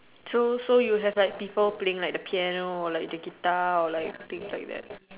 so so you have like people playing like the piano like the guitar or like things like that